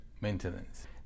maintenance